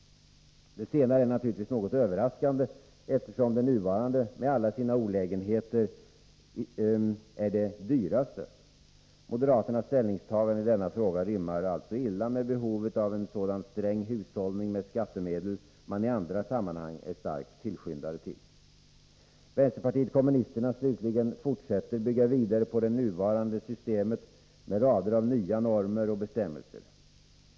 Det är naturligtvis något överraskande, eftersom det nuvarande med alla sina olägenheter också är det dyraste. Moderaternas ställningstagande i denna fråga rimmar alltså illa med behovet av sådan sträng hushållning med skattemedel man i andra samman hang är stark tillskyndare till. Vänsterpartiet kommunisterna slutligen fortsätter att bygga vidare på det nuvarande systemet med rader av nya normer och bestämmelser.